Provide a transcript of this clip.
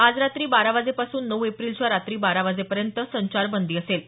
आज रात्री बारावाजेपासून नऊ एप्रिलच्या रात्री बारा वाजेपर्यंत संचारबंदी असेल